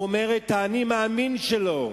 הוא אומר את ה"אני מאמין" שלו,